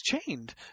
chained